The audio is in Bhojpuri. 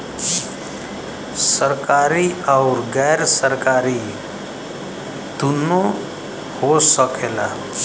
सरकारी आउर गैर सरकारी दुन्नो हो सकेला